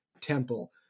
Temple